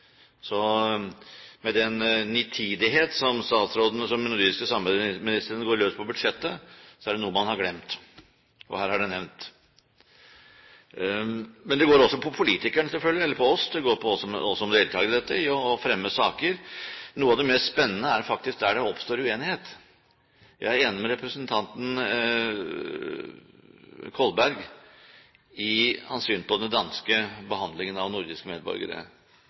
Med den nitiditet som statsrådene i det nordiske samarbeidet går løs på budsjettet, er det noe man har glemt, og her er det nevnt. Men det går selvfølgelig også på politikerne, på oss – det går på oss som deltakere i dette, når det gjelder å fremme saker. Noe av det mest spennende er faktisk der det oppstår uenighet. Jeg er enig med representanten Kolberg i hans syn på den danske behandlingen av nordiske medborgere.